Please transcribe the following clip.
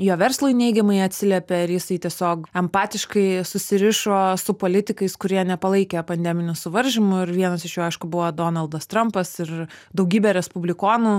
jo verslui neigiamai atsiliepė ir jisai tiesiog empatiškai susirišo su politikais kurie nepalaikė pandeminių suvaržymų ir vienas iš jų aišku buvo donaldas trampas ir daugybė respublikonų